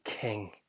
king